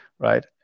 Right